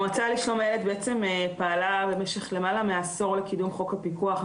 המועצה לשלום הילד פעלה במשך למעלה מעשור לקידום חוק הפיקוח,